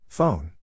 Phone